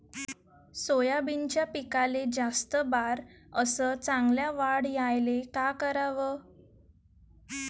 सोयाबीनच्या पिकाले जास्त बार अस चांगल्या वाढ यायले का कराव?